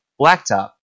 blacktop